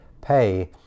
pay